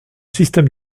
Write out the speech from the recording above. système